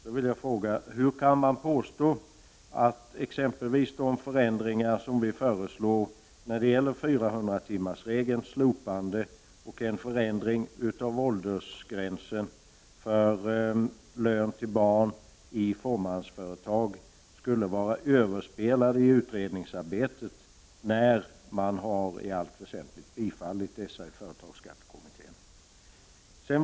Då vill jag fråga: Hur kan man påstå att exempelvis våra förslag om slopande av 400-timmarsregeln och förändring av åldersgränsen för lön till barn i fåmansföretag skulle vara överspelade i utredningsarbetet, när företagsskattekommittén i allt väsentligt har bifallit dem?